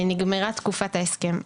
נגמרה תקופת ההסכם.